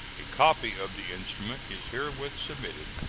a copy of the instrument is herewith submitted.